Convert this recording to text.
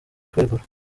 kwegura